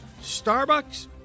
Starbucks